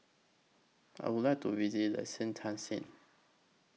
I Would like to visit Liechtenstein